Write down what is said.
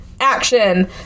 action